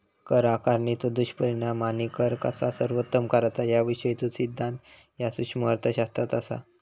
कर आकारणीचो दुष्परिणाम आणि कर कसा सर्वोत्तम करायचा याविषयीचो सिद्धांत ह्या सूक्ष्म अर्थशास्त्रात असा